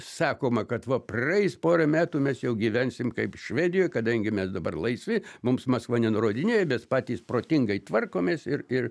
sakoma kad va praeis pora metų mes jau gyvensim kaip švedijoj kadangi mes dabar laisvi mums maskva nenurodinėja mes patys protingai tvarkomės ir ir